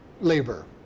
labor